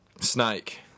Snake